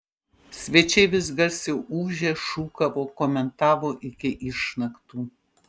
svečiai vis garsiau ūžė šūkavo komentavo iki išnaktų